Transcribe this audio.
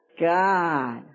God